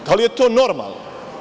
Da li je to normalno?